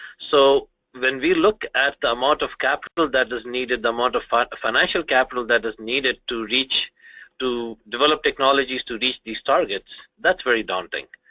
so when we look at the amount of capital that is needed, the amount of ah financial capital that is needed to reach to develop technologies to reach these targets that's very daunting.